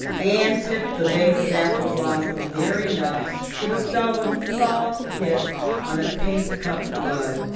anne tipped the vase of apple blossoms near enough to bestow a soft kiss on a pink-cupped bud,